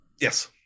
Yes